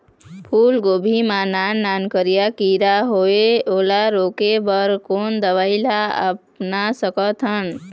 फूलगोभी मा नान नान करिया किरा होयेल ओला रोके बर कोन दवई ला अपना सकथन?